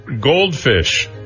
goldfish